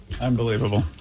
Unbelievable